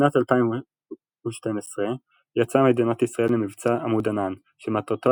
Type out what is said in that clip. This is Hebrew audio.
בשנת 2012 יצאה מדינת ישראל למבצע עמוד ענן שמטרתו